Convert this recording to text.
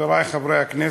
חברי חברי הכנסת,